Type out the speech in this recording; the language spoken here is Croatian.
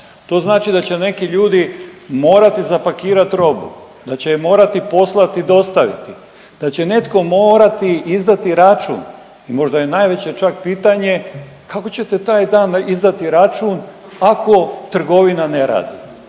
To znači da će neki ljudi morati zapakirat robu, da će je morati poslati i dostaviti, da će netko morati izdati račun i možda je najveće čak pitanje kako ćete taj dan izdati račun ako trgovina ne radi?